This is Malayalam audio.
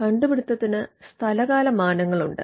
കണ്ടുപിടുത്തതിന് സ്ഥലകാല മാനങ്ങളുണ്ട്